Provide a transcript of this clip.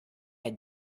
had